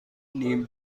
نیم